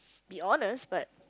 be honest but